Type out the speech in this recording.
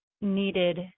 needed